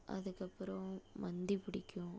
அதுக்கப்புறம் மந்தி பிடிக்கும்